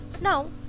Now